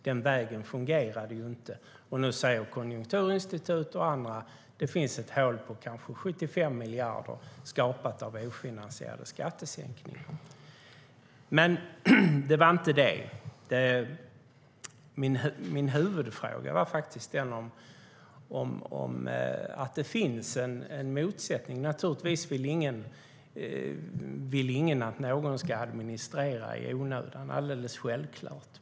Den vägen fungerade ju inte, och nu säger Konjunkturinstitutet och andra att det finns ett hål på kanske 75 miljarder som är skapat av ofinansierade skattesänkningar. Det var dock inte det vi skulle tala om. Min huvudfråga gällde att det finns en motsättning. Naturligtvis vill ingen att någon ska administrera i onödan; det är alldeles självklart.